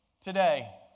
today